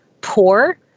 poor